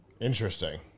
Interesting